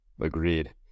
agreed